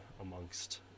amongst